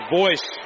voice